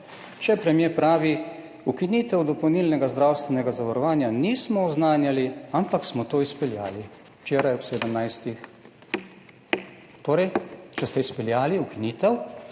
če premier pravi, ukinitve dopolnilnega zdravstvenega zavarovanja nismo oznanjali, ampak smo to izpeljali? Včeraj, [Studio] ob 17.00. Torej? Če ste izpeljali ukinitev,